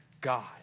God